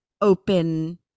open